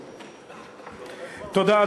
תודה.